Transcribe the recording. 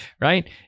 right